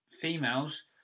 Females